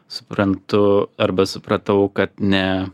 suprantu arba supratau kad ne